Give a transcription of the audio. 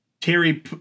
terry